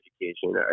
education